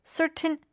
certain